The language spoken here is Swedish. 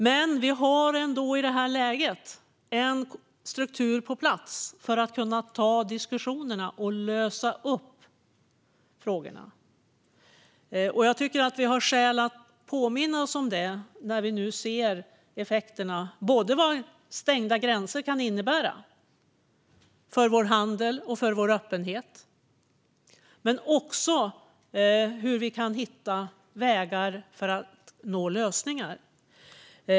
Men vi har ändå i detta läge en struktur på plats för att kunna ta diskussionerna och lösa frågorna. Jag tycker att vi har skäl att påminna oss om detta när vi nu ser effekterna, både när det gäller vad stängda gränser kan innebära för vår handel och vår öppenhet och när det gäller hur vi kan hitta vägar för att nå lösningar.